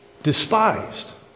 despised